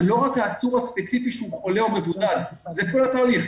זה לא רק העצור הספציפי שהוא חולה או מבודד זה כל התהליך.